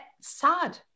sad